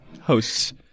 hosts